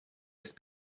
ist